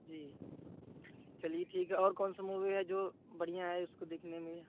जी चलिए ठीक है और कौन सी मूवी है जो बढ़िया है उसको देखने में